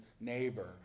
neighbor